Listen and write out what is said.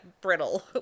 brittle